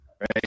right